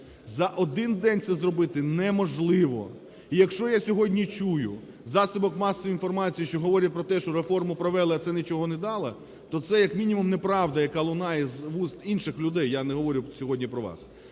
За один день це зробити неможливо. І, якщо я сьогодні чую в засобах масової інформації, що говорять про те, що реформу провели, а це нічого не дало, то це, як мінімум, неправда, яка лунає з вуст інших людей, я не говорю сьогодні про вас,